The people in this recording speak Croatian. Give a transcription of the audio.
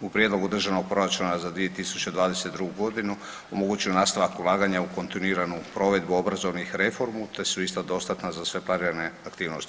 u prijedlogu Državnog proračuna za 2022. g. omogući nastavak ulaganja u kontinuiranu provedbu obrazovnih reformu te su ista dostatna za sve planirane aktivnosti.